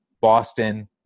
Boston –